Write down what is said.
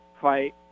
fight